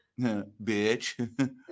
Bitch